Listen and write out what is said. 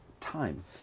Time